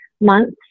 months